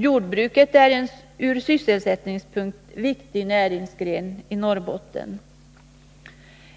Jordbruket är en ur sysselsättningssynpunkt viktig näringsgren i Norrbotten.